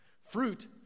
Fruit